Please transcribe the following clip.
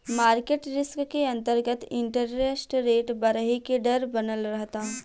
market risk के अंतरगत interest rate बरहे के डर बनल रहता